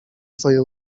swoje